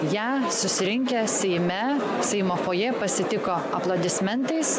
ją susirinkę seime seimo fojė pasitiko aplodismentais